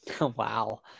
Wow